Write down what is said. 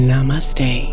Namaste